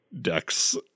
decks